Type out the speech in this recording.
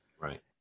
right